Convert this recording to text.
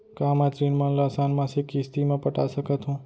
का मैं ऋण मन ल आसान मासिक किस्ती म पटा सकत हो?